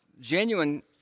genuine